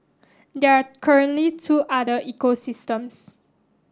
there are currently two other ecosystems